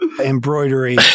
embroidery